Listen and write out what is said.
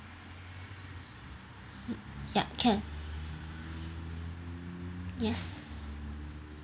yup can yes